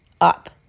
up